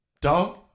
Dog